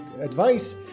advice